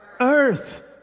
Earth